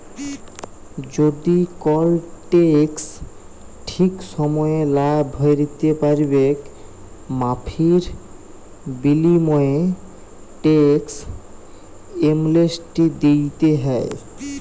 যদি কল টেকস ঠিক সময়ে লা ভ্যরতে প্যারবেক মাফীর বিলীময়ে টেকস এমলেসটি দ্যিতে হ্যয়